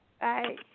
Bye